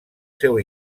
seu